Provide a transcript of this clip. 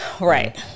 Right